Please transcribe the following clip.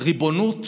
ריבונות